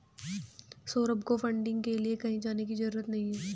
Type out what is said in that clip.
सौरभ को फंडिंग के लिए कहीं जाने की जरूरत नहीं है